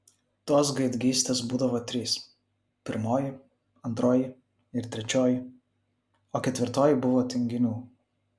tos gaidgystės būdavo trys pirmoji antroji ir trečioji o ketvirtoji buvo tinginių